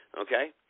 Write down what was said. Okay